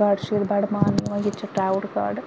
گاڈٕ چھِ ییٚتہِ بَڑٕ ماننہٕ یِوان ییٚتہِ چھِ ٹراوُٹ گاڈٕ